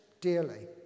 dearly